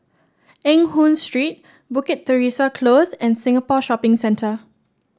Eng Hoon Street Bukit Teresa Close and Singapore Shopping Centre